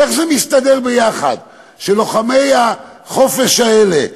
איך זה מסתדר יחד שלוחמי החופש האלה,